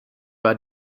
war